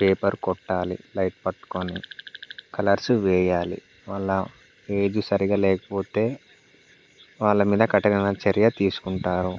paper కొట్టాలి light పట్టుకొని colours వెయ్యాలి వాళ్ళ ఏజ్ సరిగ్గా లేకపోతే వాళ్ళ మీద కఠిన చర్య తీసుకుంటారు